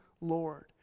Lord